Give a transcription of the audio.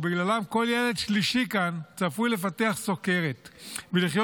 ובגללם כל ילד שלישי כאן צפוי לפתח סוכרת ולחיות